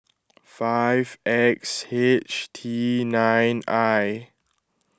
five X H T nine I